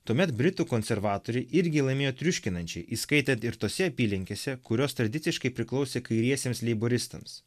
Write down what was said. tuomet britų konservatoriai irgi laimėjo triuškinančiai įskaitant ir tose apylinkėse kurios tradiciškai priklausė kairiesiems leiboristams